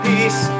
Peace